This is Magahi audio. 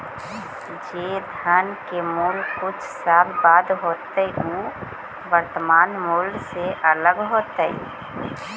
जे धन के मूल्य कुछ साल बाद होतइ उ वर्तमान मूल्य से अलग होतइ